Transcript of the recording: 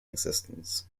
existence